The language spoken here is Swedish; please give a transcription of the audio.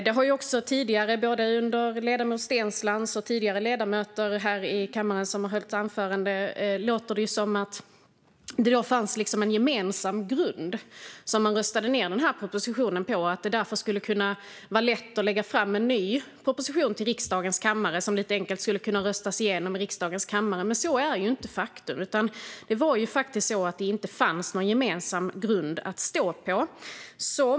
Det har också tidigare, både under ledamoten Steenslands anförande och under andra ledamöters anföranden här i kammaren, låtit som att det funnits en gemensam grund som man röstade ned denna proposition på och att det därför skulle kunna vara lätt att lägga fram en ny proposition som lite enkelt skulle kunna röstas igenom i riksdagens kammare. Så är dock inte fallet. Det fanns faktiskt inte någon gemensam grund att stå på.